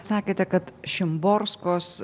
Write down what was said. sakėte kad šimborskos